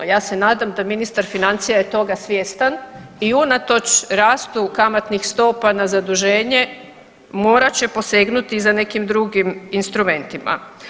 Ja se nadam da ministar financija je toga svjestan i unatoč rastu kamatnih stopa na zaduženje mora će posegnuti za nekim drugim instrumentima.